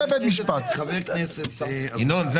לא